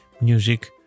music